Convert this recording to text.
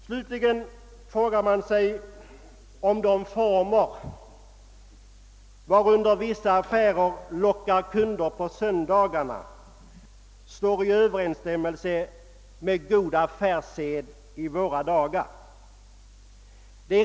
Vidare frågar man sig om de former under vilka vissa affärer lockar kunder på söndagar står överensstämmelse med god affärssed i våra dagar.